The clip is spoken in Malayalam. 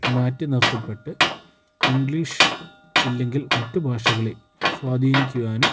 മാറ്റി നിർത്തപ്പെട്ട് ഇംഗ്ലീഷ് ഇല്ലെങ്കിൽ മറ്റു ഭാഷകളെ സ്വാധീനിക്കുവാനും